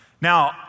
Now